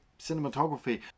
cinematography